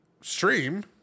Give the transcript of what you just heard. stream